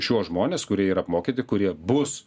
šiuos žmones kurie yra apmokyti kurie bus